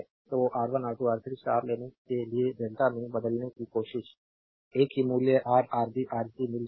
तो R1 R2 R3 star लेने के लिए डेल्टा में बदलने की कोशिश एक ही मूल्य रा आरबी आर सी मिल जाएगा